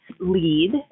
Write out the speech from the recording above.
lead